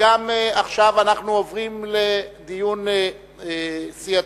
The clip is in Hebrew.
ועכשיו אנחנו עוברים לדיון סיעתי.